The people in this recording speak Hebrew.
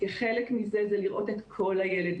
כי חלק מזה זה לראות את כל הילד,